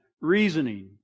reasoning